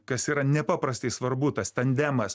kas yra nepaprastai svarbu tas tandemas